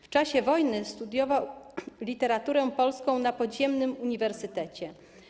W czasie wojny studiował literaturę polską na podziemnym uniwersytecie.